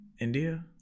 India